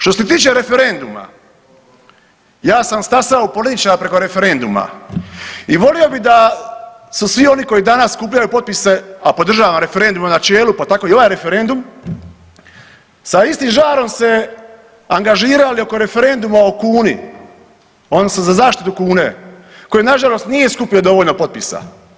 Što se tiče referenduma, ja sam stasao političar preko referenduma i volio bi da se svi oni koji danas skupljaju potpise, a podržavam referendum u načelu, pa tako i ovaj referendum, sa istim žarom se angažirali oko referenduma o kuni odnosno za zaštitu kune koji nažalost nije skupio dovoljno potpisa.